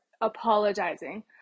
apologizing